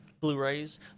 Blu-rays